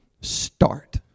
start